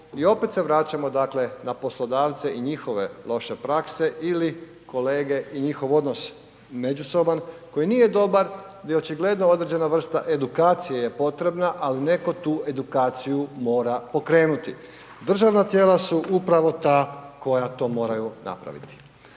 I opet se vraćamo dakle na poslodavce i njihove loše prakse ili kolege i njihov odnos međusoban koji nije dobar di očigledno određena edukacije je potrebna ali neko tu edukaciju mora pokrenuti. Državna tijela su upravo ta koja to moraju napraviti.